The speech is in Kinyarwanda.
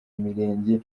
mirenge